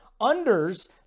Unders